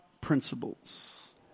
principles